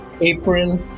April